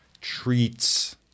treats